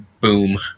boom